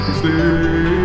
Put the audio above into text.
stay